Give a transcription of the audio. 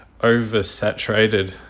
oversaturated